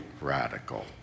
radical